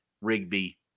Rigby